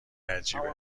عجیبه